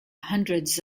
hundreds